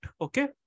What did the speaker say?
Okay